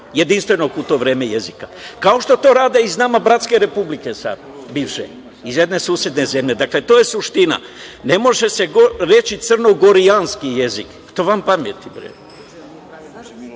jedinstvenog u to vreme jezika. Kao što to rade iz nama bratske republike bivše, iz jedne susedne zemlje. Dakle, to je suština. Ne može se reči crnogorijanski jezik. To je van pameti.